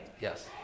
Yes